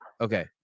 okay